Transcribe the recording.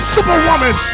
Superwoman